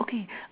okay